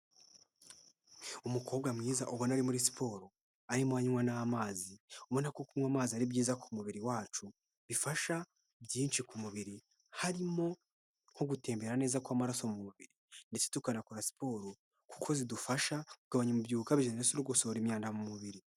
Umukobwa mwiza ubona ari muri siporo arimo aranywa n'amazi, ubona ko kunywa amazi ari byiza ku mubiri wacu bifasha byinshi ku mubir,i harimo nko gutembera neza kw'amaraso mu mubiri ndetse tukanakora siporo kuko zidufasha kugabanya umubyibuho ukabije ndetse no gusohora imyanda mu mubiri.